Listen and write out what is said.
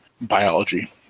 biology